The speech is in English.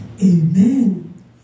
Amen